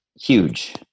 huge